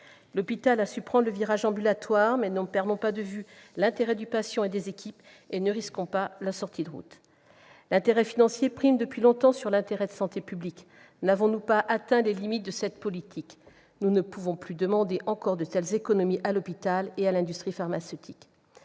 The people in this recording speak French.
L'hôpital a su prendre le virage ambulatoire, mais ne perdons pas de vue l'intérêt du patient ni celui du personnel, et ne risquons pas la sortie de route. L'intérêt financier prévaut depuis longtemps par rapport à l'intérêt de santé publique, mais n'avons-nous pas atteint les limites de cette politique ? Nous ne pouvons plus demander encore de telles économies à l'hôpital et à l'industrie pharmaceutique.